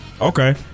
Okay